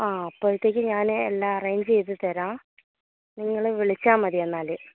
ആ അപ്പോഴത്തേക്ക് ഞാൻ എല്ലാം അറേഞ്ചെ് ചെയ്തുതരാം നിങ്ങൾ വിളിച്ചാൽ മതി എന്നാൽ